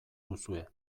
duzue